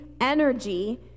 energy